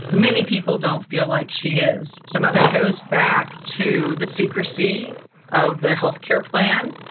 many people don't feel like she is. some of it goes back to the secrecy of the healthcare plan,